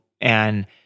And-